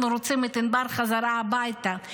אנחנו רוצים את ענבר חזרה הביתה.